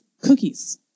cookies